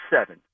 seven